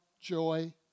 joy